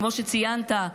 כמו שציינת,